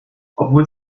obwohl